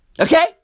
Okay